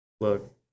Look